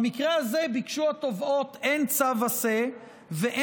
במקרה הזה ביקשו התובעות הן צו עשה והן